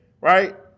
Right